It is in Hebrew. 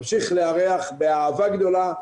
תמשיך לארח באהבה גדולה.